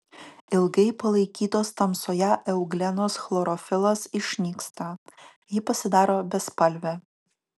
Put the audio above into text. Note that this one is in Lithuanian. ilgai palaikytos tamsoje euglenos chlorofilas išnyksta ji pasidaro bespalvė